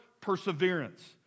perseverance